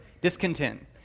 Discontent